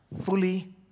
fully